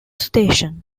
station